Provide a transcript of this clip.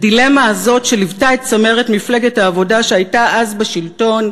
הדילמה הזאת שליוותה את צמרת מפלגת העבודה שהייתה אז בשלטון,